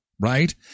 Right